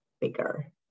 bigger